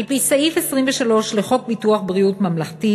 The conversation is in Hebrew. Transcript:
על-פי סעיף 23 לחוק ביטוח בריאות ממלכתי,